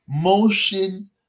Motion